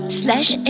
slash